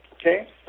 okay